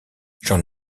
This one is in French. j’en